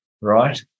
right